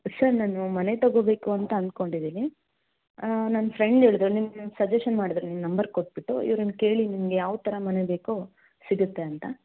sir ನಾನು ಮನೆ ತಗೊಬೇಕು ಅಂತ ಅನ್ಕೊಂಡಿದ್ದೀನಿ ನನ್ನ ಫ್ರೆಂಡ್ ಹೇಳಿದರು ನಿಮ್ಮ ಸಜೆಶನ್ ಮಾಡಿದರು ನಿಮ್ಮ ನಂಬರ್ ಕೊಟ್ಟುಬಿಟ್ಟು ಇವ್ರನ್ನು ಕೇಳಿ ನಿಮಗೆ ಯಾವ ಥರ ಮನೆ ಬೇಕೊ ಸಿಗುತ್ತೆ ಅಂತ